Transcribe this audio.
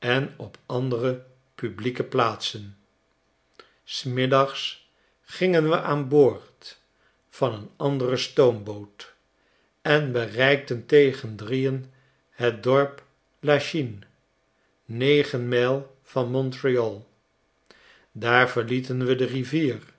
op andere publieke plaatsen s middags gingen we aan boord van een andere stoomboot en bereikten tegen drieen het dorp lachine negen mijl van montreal daar verlieten we de rivier